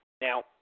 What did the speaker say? Now